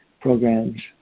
programs